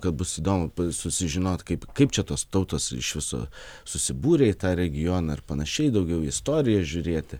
kad bus įdomu susižinot kaip kaip čia tos tautos iš viso susibūrė į tą regioną ir pananšiai daugiau į istoriją žiūrėti